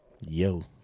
Yo